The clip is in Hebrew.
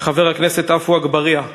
חבר הכנסת עפו אגבאריה.